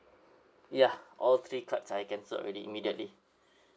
ya all three cards I cancelled already immediately